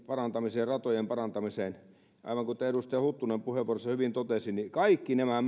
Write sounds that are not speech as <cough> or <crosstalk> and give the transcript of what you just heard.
parantamiseen ratojen parantamiseen aivan kuten edustaja huttunen puheenvuorossaan hyvin totesi niin kaikki nämä <unintelligible>